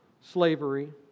slavery